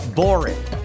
boring